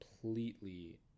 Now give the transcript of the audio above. completely